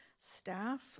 Staff